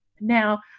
Now